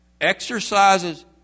exercises